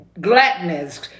gladness